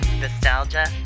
nostalgia